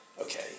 okay